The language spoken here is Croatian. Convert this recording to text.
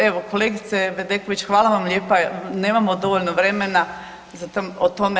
Evo kolegice Bedeković, hvala vam lijepa, nemamo dovoljno vremena o tome.